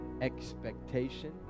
expectation